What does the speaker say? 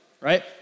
right